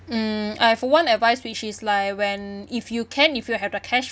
mm I have one advice which is like when if you can if you have the cash